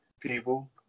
People